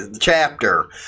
chapter